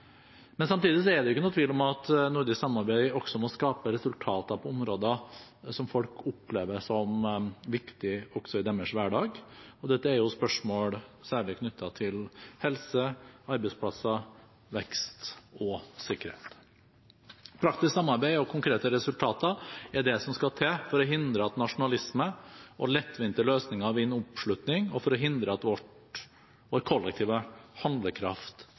er det ikke noen tvil om at nordisk samarbeid også må skape resultater på områder som folk opplever som viktig i sin hverdag. Dette gjelder særlig spørsmål knyttet til helse, arbeidsplasser, vekst og sikkerhet. Praktisk samarbeid og konkrete resultater er det som skal til for å hindre at nasjonalisme og lettvinte løsninger vinner oppslutning, og for å hindre at vår kollektive handlekraft